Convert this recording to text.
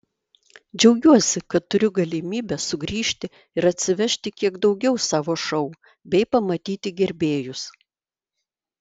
džiaugiuosi kad turiu galimybę sugrįžti ir atsivežti kiek daugiau savo šou bei pamatyti gerbėjus